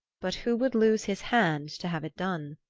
but who would lose his hand to have it done?